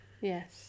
Yes